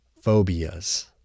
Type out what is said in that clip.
phobias